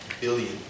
billion